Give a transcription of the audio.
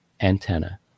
antenna